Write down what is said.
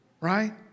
right